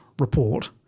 report